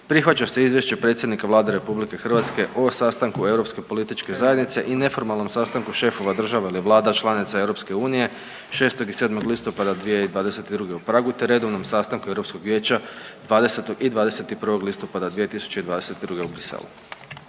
Prihvaća se izvješće predsjednika Vlade RH o sastanku Europske političke zajednice i neformalnom sastanku šefova država ili vlada članica EU 6. i 7. listopada 2022. u Pragu, te redovnom sastanku Europskog vijeća 20. i 21. listopada 2022. u Briselu.